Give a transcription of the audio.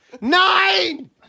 Nine